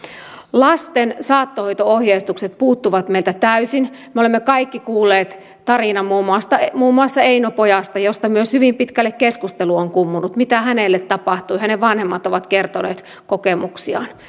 lasten saattohoito ohjeistukset puuttuvat meiltä täysin me olemme kaikki kuulleet tarinan muun muassa eino pojasta josta myös hyvin pitkälle keskustelu on kummunnut mitä hänelle tapahtui hänen vanhempansa ovat kertoneet kokemuksiaan